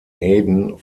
eden